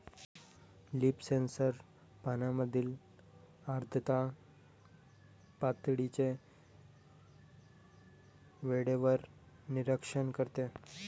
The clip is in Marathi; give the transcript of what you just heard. लीफ सेन्सर पानांमधील आर्द्रता पातळीचे वेळेवर निरीक्षण करते